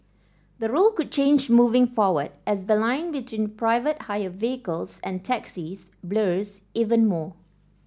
the rule could change moving forward as the line between private hire vehicles and taxis blurs even more